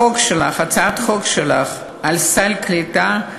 הצעת החוק שלך על סל הקליטה,